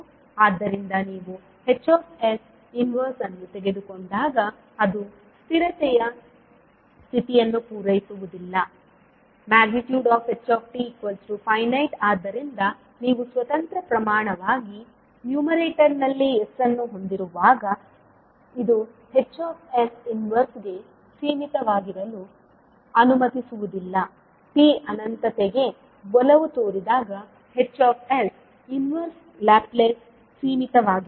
ಆದ್ದರಿಂದ ನೀವು Hs inverse ಅನ್ನು ತೆಗೆದುಕೊಂಡಾಗ ಅದು ಸ್ಥಿರತೆಯ ಸ್ಥಿತಿಯನ್ನು ಪೂರೈಸುವುದಿಲ್ಲ htfinite ಆದ್ದರಿಂದ ನೀವು ಸ್ವತಂತ್ರ ಪ್ರಮಾಣವಾಗಿ ನ್ಯೂಮರೇಟರ್ನಲ್ಲಿ s ಅನ್ನು ಹೊಂದಿರುವಾಗ ಇದು Hs ಇನ್ವೆರ್ಸ್ಗೆ ಸೀಮಿತವಾಗಿರಲು ಅನುಮತಿಸುವುದಿಲ್ಲ t ಅನಂತತೆಗೆ ಒಲವು ತೋರಿದಾಗ Hs ಇನ್ವೆರ್ಸ್ ಲ್ಯಾಪ್ಲೇಸ್ ಸೀಮಿತವಾಗಿರುತ್ತದೆ